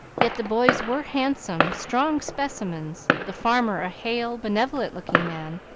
yet the boys were handsome, strong specimens, the farmer a hale, benevolent-looking man,